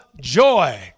joy